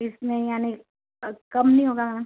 इसमें यानी कम नही होगा मेम